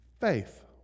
faith